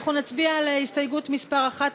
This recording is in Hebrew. אנחנו נצביע על הסתייגות מס' 1,